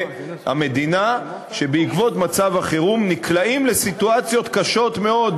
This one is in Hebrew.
המדינה שבעקבות מצב החירום נקלעים לסיטואציות קשות מאוד,